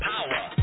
Power